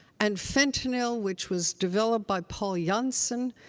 and fentanyl, which was developed by paul yeah janssen,